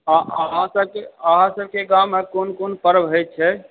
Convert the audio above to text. हँ अहाँसभके अहाँसभके गाममे कोन कोन पर्व होइ छै